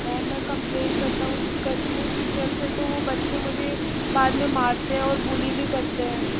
ma'am मैं complain करता हूँ करती हूँ टीचर से तो वो बच्चे मुझे बाद में मारते हैं और बुली भी करते हैं